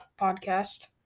podcast